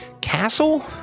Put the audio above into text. castle